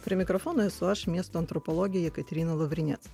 prie mikrofono esu aš miesto antropologė jekaterina lavrinec